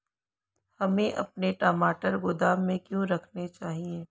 हमें अपने टमाटर गोदाम में क्यों रखने चाहिए?